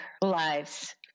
lives